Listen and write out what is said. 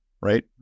right